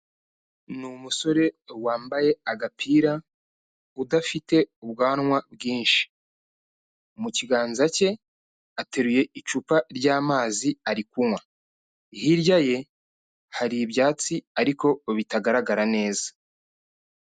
Ni umusore wambaye agapira, udafite ubwanwa bwinshi, mu kiganza cye ateruye icupa ry'amazi ari kunywa, hirya ye hari ibyatsi ariko bitagaragara neza.